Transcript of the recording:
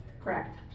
Correct